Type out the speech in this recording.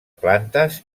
plantes